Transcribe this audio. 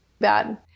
bad